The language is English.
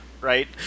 right